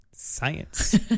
science